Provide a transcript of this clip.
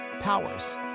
powers